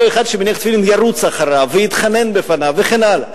אותו אחד שמניח תפילין ירוץ אחריו ויתחנן בפניו וכן הלאה.